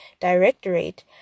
Directorate